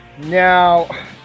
Now